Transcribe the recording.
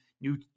new